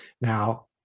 now